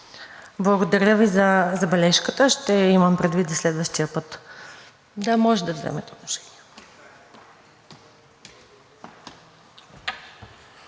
Благодаря Ви за забележката. Ще я имам предвид за следващия път. Можете да вземете отношение.